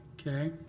Okay